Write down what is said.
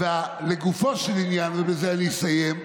לגופו של עניין, ובזה אני אסיים,